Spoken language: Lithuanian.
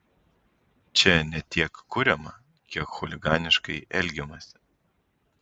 čia ne tiek kuriama kiek chuliganiškai elgiamasi